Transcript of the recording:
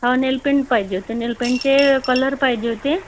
हां नेलपेंट पाहिजे होतं नेलपेंटचे कलर पाहिजे होते